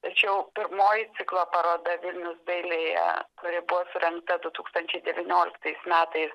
tačiau pirmoji ciklo paroda vilnius dailėje kuri buvo surengta du tūkstančiai devynioliktais metais